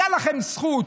הייתה לכם זכות